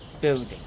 building